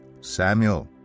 Samuel